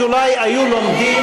אז אולי היו לומדים,